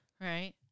Right